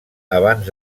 abans